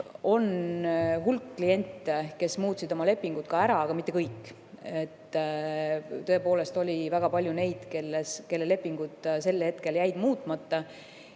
on hulk kliente, kes muutsid oma lepingud ka ära, aga mitte kõik. Tõepoolest, oli väga palju neid, kelle lepingud sel hetkel jäid muutmata